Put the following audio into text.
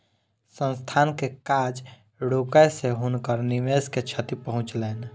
संस्थान के काज रुकै से हुनकर निवेश के क्षति पहुँचलैन